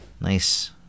nice